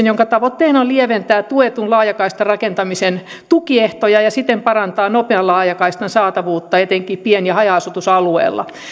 jonka tavoitteena on lieventää tuetun laajakaistarakentamisen tukiehtoja ja siten parantaa nopean laajakaistan saatavuutta etenkin pien ja haja asutusalueilla